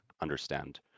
understand